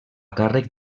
càrrec